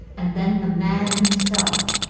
and then the man himself,